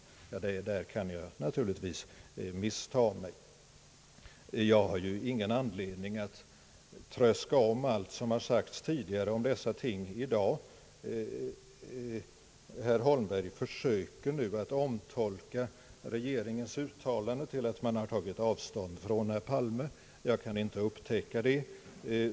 Där kan jag naturligtvis missta mig. Jag har ju ingen anledning att tröska om allt som har sagts tidigare beträffande dessa ting i dag. Herr Holmberg försöker nu att omtolka regeringens uttalande till att den har tagit avstånd från herr Palme. Jag kan inte upptäcka det.